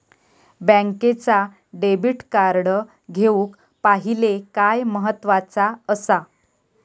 बँकेचा debit card घेउक पाहिले काय महत्वाचा असा?